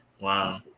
Wow